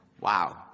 Wow